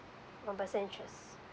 one percent interest